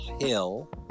Hill